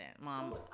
Mom